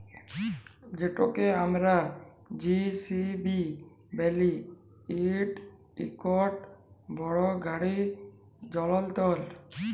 যেটকে আমরা জে.সি.বি ব্যলি ইট ইকট বড় গাড়ি যল্তর